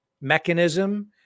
mechanism